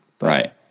Right